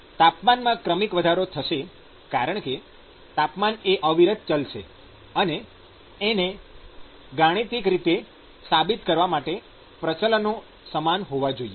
તાપમાનમાં ક્રમિક વધારો થશે કારણકે તાપમાન એ અવિરત ચલ છે અને એને ગાણિતિક રીતે સાબિત કરવા માટે પ્રચલનો સમાન હોવા જોઈએ